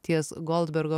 ties goldbergo